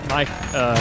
Mike